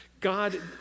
God